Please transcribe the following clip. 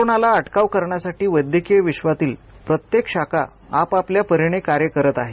कोरोनाला अटकाव करण्यासाठी वैद्यकीय विश्वातील प्रत्येक शाखा आपापल्या परीने कार्य करत आहे